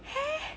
!huh!